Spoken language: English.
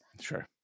Sure